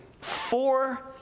four